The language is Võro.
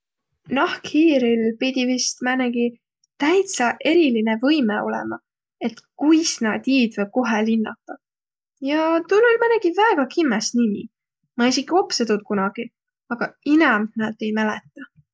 Nahkhiiril pidi vist määnegi täitsä eriline võimõq olõma, et kuis nä tiidväq, kohe linnadaq. Ja tuul oll' määnegi väega kimmäs nimi. Ma esiki opsõ tuud kunagi, agaq inämb, näet, ei mäletäq.